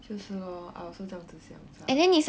就是 lor I also 这样子想 sia